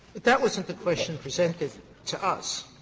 but that wasn't the question presented to us.